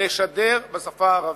לשדר בשפה הערבית.